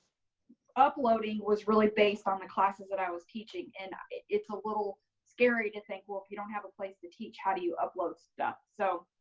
uploading was really based on the classes that i was teaching and it's a little scary to think well if you don't have a place to teach how do you upload stuff. so,